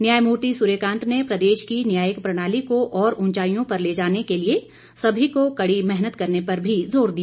न्यायमूर्ति सूर्यकांत ने प्रदेश की न्यायिक प्रणाली को और उंचाईयों पर ले जाने के लिए सभी को कड़ी मेहनत करने पर भी जोर दिया